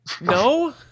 no